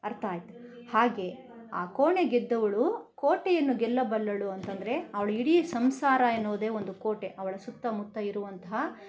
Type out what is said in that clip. ಅರ್ಥ ಆಯ್ತು ಹಾಗೇ ಆ ಕೋಣೆ ಗೆದ್ದವಳು ಕೋಟೆಯನ್ನು ಗೆಲ್ಲಬಲ್ಲಳು ಅಂತೆಂದ್ರೆ ಅವ್ಳ ಇಡೀ ಸಂಸಾರ ಎನ್ನುವುದೇ ಒಂದು ಕೋಟೆ ಅವಳ ಸುತ್ತಮುತ್ತ ಇರುವಂತಹ